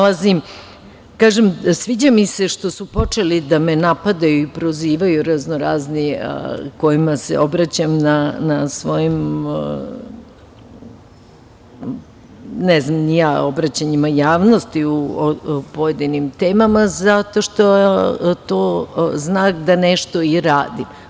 Kažem, sviđa mi se što su počeli da me napadaju i prozivaju raznorazni kojima se obraćam na svojim obraćanjima javnosti o pojedinim temama, zato što je to znak da nešto i radim.